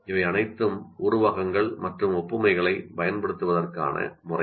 இவை அனைத்தும் உருவகங்கள் மற்றும் ஒப்புமைகளைப் பயன்படுத்துவதற்கான முறைகள்